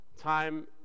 time